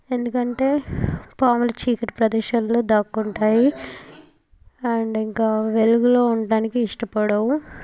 ఎందుకు అంటే పాములు చీకటి ప్రదేశాల్లో దాక్కుంటాయి అండ్ ఇంకా వెలుగులో ఉండటానికి ఇష్టపడవు